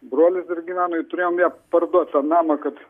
brolis dar gyveno ir turėjom ją parduot tą namą kad